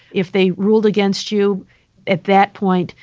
if they ruled against you at that point,